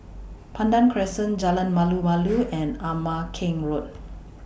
Pandan Crescent Jalan Malu Malu and Ama Keng Road